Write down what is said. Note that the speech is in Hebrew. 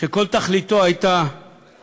שכל תכליתו הייתה